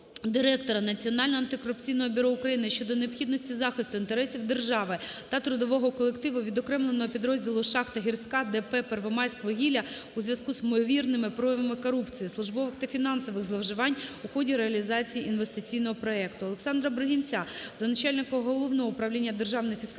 директора Національного антикорупційного бюро України щодо необхідності захисту інтересів держави та трудового колективу відокремленого підрозділу шахта "Гірська" ДП "Первомайськ вугілля", у зв'язку з імовірними проявами корупції, службових та фінансових зловживань у ході реалізації Інвестиційного проекту. Олександра Бригінця до начальника Головного управління державної фіскальної